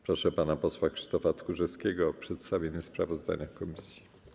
Proszę pana posła Krzysztofa Tchórzewskiego o przedstawienie sprawozdania komisji.